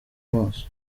maso